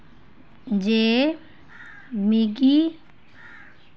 जे मिगी